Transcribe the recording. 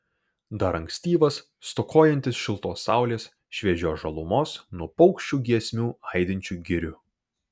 dar ankstyvas stokojantis šiltos saulės šviežios žalumos nuo paukščių giesmių aidinčių girių